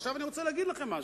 ועכשיו אני רוצה להגיד לכם משהו.